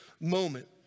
moment